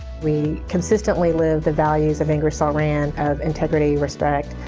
we consistently live the values of ingersoll rand of integrity, respect,